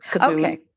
okay